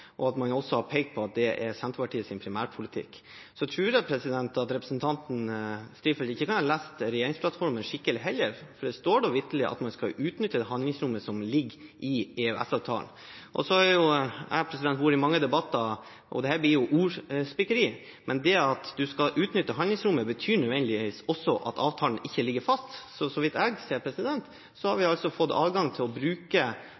og at man også har pekt på at det er Senterpartiets primærpolitikk. Så tror jeg at representanten Strifeldt heller ikke kan ha lest regjeringsplattformen skikkelig, for det står da vitterlig at man skal utnytte det handlingsrommet som ligger i EØS-avtalen. Jeg har vært i mange debatter, og dette blir ordspikkeri, men det at man skal utnytte handlingsrommet, betyr nødvendigvis også at avtalen ikke ligger fast. Så vidt jeg ser, har vi altså fått adgang til å bruke